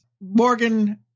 Morgan